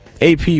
AP